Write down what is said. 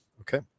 Okay